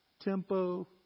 tempo